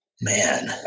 Man